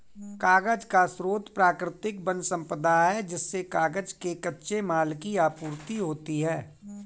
कागज का स्रोत प्राकृतिक वन सम्पदा है जिससे कागज के कच्चे माल की आपूर्ति होती है